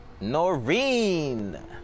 Noreen